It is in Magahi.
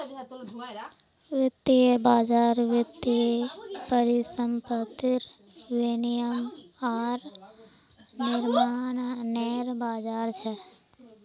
वित्तीय बज़ार वित्तीय परिसंपत्तिर विनियम आर निर्माणनेर बज़ार छ